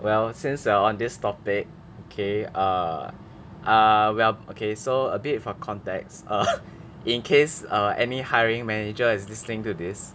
well since we are on this topic okay err err well okay so a bit for context err in case err any hiring manager is listening to this